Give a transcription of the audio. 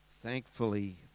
Thankfully